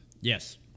Yes